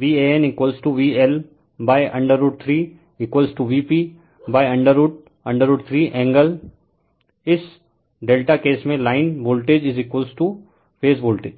VANVL√ 3 Vp√√3 angle इस Δ case में line voltage phase voltage